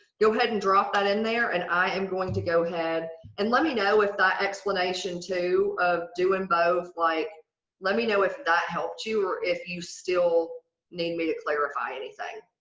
go ahead and drop that in there and i am going to go ahead and let me know if that explanation, too, of doing both like let me know if that helped you or if you still need me to clarify anything,